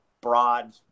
broad